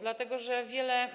Dlatego że wiele